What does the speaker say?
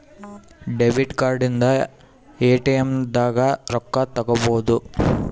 debit card ಇಂದ ATM ದಾಗ ರೊಕ್ಕ ತೆಕ್ಕೊಬೋದು